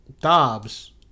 Dobbs